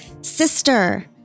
Sister